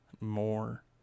more